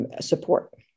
support